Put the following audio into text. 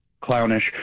clownish